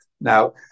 Now